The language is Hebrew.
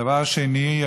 הדבר השני,